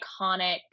iconic